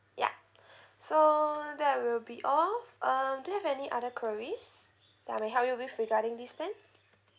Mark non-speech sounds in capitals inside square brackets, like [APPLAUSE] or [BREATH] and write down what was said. ya [BREATH] so that will be all um do you have any other queries that I may help you with regarding this plan